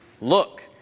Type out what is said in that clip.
Look